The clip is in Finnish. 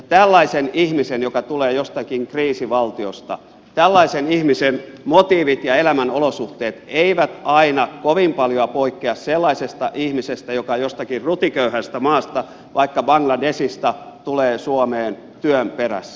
tällaisen ihmisen joka tulee jostakin kriisivaltiosta motiivit ja elämänolosuhteet eivät aina kovin paljoa poikkea sellaisesta ihmisestä joka jostakin rutiköyhästä maasta vaikka bangladeshista tulee suomeen työn perässä